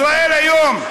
ישראל היום,